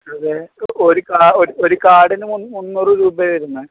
അതെ ഒരു കാർഡിന് മുന്നൂറ് രൂപയാണ് വരുന്നത്